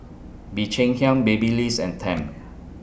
Bee Cheng Hiang Babyliss and Tempt